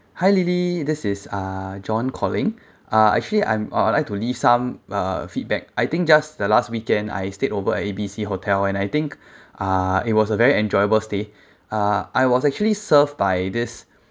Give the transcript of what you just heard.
hi lily this is uh john calling uh actually I'm uh I would like to leave some uh feedback I think just the last weekend I stayed over at A B C hotel and I think uh it was a very enjoyable stay uh I was actually served by this